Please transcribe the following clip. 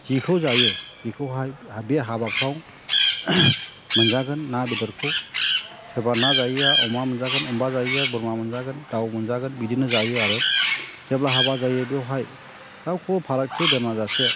जिखौ जायो बेखौहाय बे हाबाफ्राव मोनजागोन ना बेदरखौ सोरबा ना जायिया अमा मोनजागोन अमा जायिया बोरमा मोनजागोन दाउ मोनजागोन बिदिनो जायो आरो जेब्ला हाबा जायो बेवहाय रावखौबो फारागथि दोना जासे